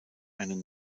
einen